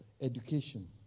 education